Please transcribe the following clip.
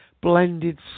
blended